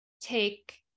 take